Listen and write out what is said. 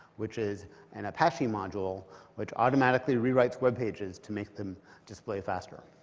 which is an apache module which automatically rewrites web pages to make them display faster.